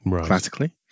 classically